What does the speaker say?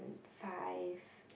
five